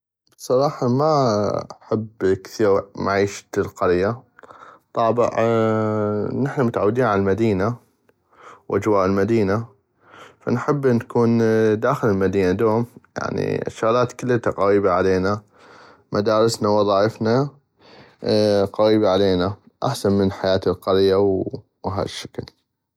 بصراحة ما احب كثيغ عيشة القرية طابع نحنا متعودين على المدينة واجواء المدينة فنحب نكون داخل المدينة دوم يعني الشغلات كلتا قغيبي علينا مدارسنا وظائفنا قغيبي علينا احسن من حياة القرية وهشكل.